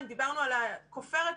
דיברנו על כופרת.